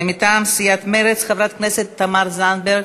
מטעם סיעת מרצ, חברת הכנסת תמר זנדברג.